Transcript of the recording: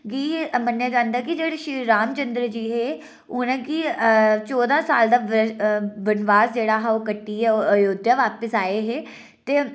गी एह् मन्नेआ जन्दा कि जेह्ड़े श्री राम चन्द्र जी हे उ'नें गी चौदां साल दा बनबास जेह्ड़ा हा ओह् कट्टियै ओह् अयोध्या बापिस आये हे ते